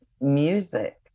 music